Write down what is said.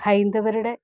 ഹൈന്ദവരുടെ